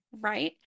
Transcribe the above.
Right